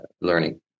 learning